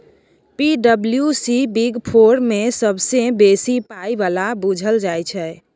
पी.डब्ल्यू.सी big four मे सबसँ बेसी पाइ बला बुझल जाइ छै